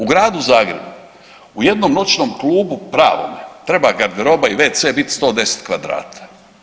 U gradu Zagrebu u jednom noćnom klubu pravome treba garderoba i wc bit 110 kvadrata.